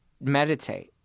meditate